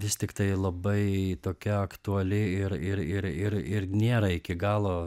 vis tiktai labai tokia aktuali ir ir ir ir ir nėra iki galo